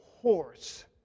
horse